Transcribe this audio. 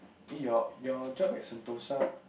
eh your your job at Sentosa